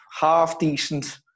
half-decent